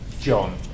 John